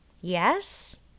yes